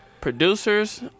Producers